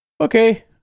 Okay